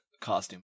costume